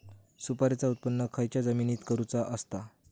सुपारीचा उत्त्पन खयच्या जमिनीत करूचा असता?